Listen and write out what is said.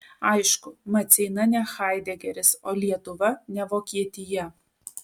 aišku maceina ne haidegeris o lietuva ne vokietija